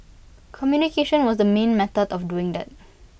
communication was the main method of doing that